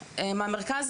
מהמרכז,